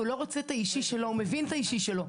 הוא לא רוצה את האישי שלו, הוא מבין את האישי שלו.